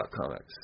Comics